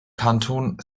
kanton